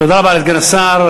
תודה רבה לסגן השר.